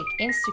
Instagram